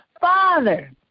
Father